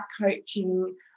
coaching